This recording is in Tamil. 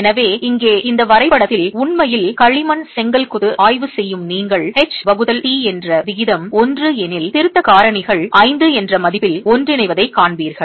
எனவே இங்கே இந்த வரைபடத்தில் உண்மையில் களிமண் செங்கல் கொத்து ஆய்வு செய்யும் நீங்கள் h வகுத்தல் t என்ற விகிதம் 1 எனில் திருத்த காரணிகள் 5 என்ற மதிப்பில் ஒன்றிணைவதைக் காண்பீர்கள்